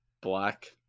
black